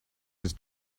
his